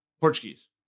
Portuguese